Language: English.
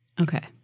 Okay